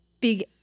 big